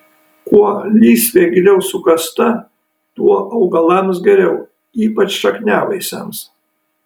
kuo lysvė giliau sukasta tuo augalams geriau ypač šakniavaisiams